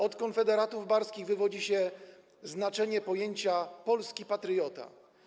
Od konfederatów barskich wywodzi się znaczenie pojęcia: polski patriota.